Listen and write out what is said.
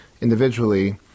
individually